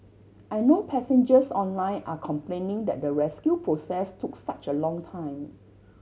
I know passengers online are complaining that the rescue process took such a long time